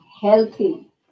healthy